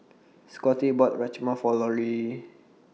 Scotty bought Rajma For Lorie